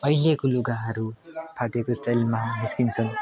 अहिलेको लुगाहरू फाटेको स्टाइलमा निस्किन्छन्